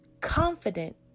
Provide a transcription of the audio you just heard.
Confident